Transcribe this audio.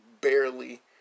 barely